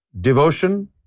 devotion